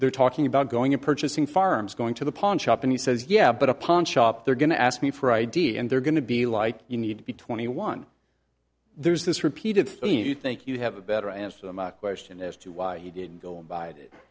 they're talking about going in purchasing farms going to the pawnshop and he says yeah but upon shop they're going to ask me for id and they're going to be like you need to be twenty one there's this repeated theme you think you have a better answer the question as to why you didn't go and buy it